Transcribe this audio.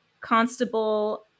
constable